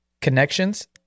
connections